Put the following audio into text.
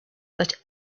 that